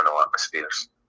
atmospheres